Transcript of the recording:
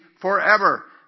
forever